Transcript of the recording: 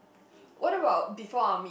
what about before army